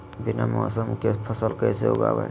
बिना मौसम के फसल कैसे उगाएं?